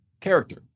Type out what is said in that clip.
character